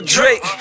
Drake